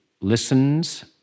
listens